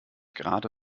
gerade